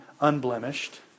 unblemished